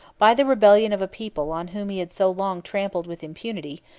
by the rebellion of a people on whom he had so long trampled with impunity,